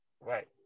Right